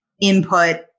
input